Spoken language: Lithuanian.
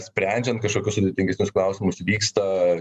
sprendžiant kažkokius sudėtingesnius klausimus vyksta ar